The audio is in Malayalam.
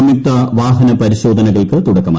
സംയുക്ത വാഹന പരിശോധനകൾക്ക് തുടക്കമായി